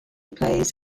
plays